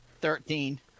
Thirteen